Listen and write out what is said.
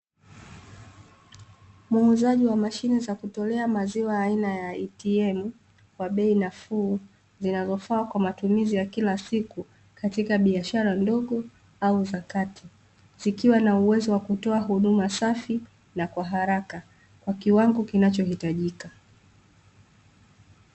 Muuzaji wa mashine za kutolea maziwa aina ya "ATM", kwa bei nafuu zinazofaa kwa matumizi ya kila siku katika biashara ndogo, au za kati, zikiwa na uwezo wa kutoa huduma safi na kwa haraka, kwa kiwango kinachohitajika.